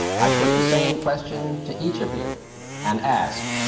i put the same question to each of you and ask,